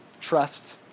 trust